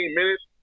minutes